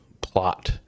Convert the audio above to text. plot